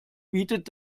bietet